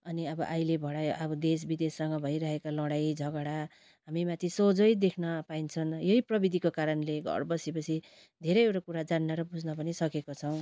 अनि अब अहिले भरे अब देश विदेशसँग भइरहेका लडाइँ झगडा हामीमाथि सोझै देख्न पाइन्छन् यहीँ प्रविधिको कारणले घर बसीबसी धैरेवटा कुरा जान्न र बुझ्न पनि सकेका छौँ